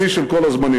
בשיא של כל הזמנים.